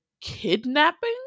kidnapping